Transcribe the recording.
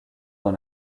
dans